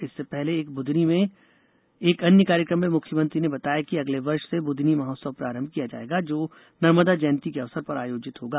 इससे पहले एक बुधनी में एक अन्य कार्यक्रम में मुख्यमंत्री ने बताया कि अगले वर्ष से बूधनी महोत्सव प्रारंभ किया जायेगा जो नर्मदा जयंती के अवसर पर आयोजित होगा